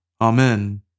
Amen